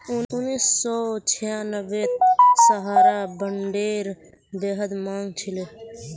उन्नीस सौ छियांबेत सहारा बॉन्डेर बेहद मांग छिले